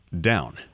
down